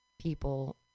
people